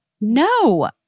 No